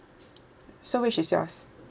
so which is yours